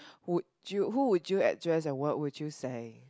would you who would you address and what would you say